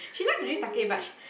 !eww!